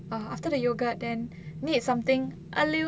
err after the yogurt then need something a little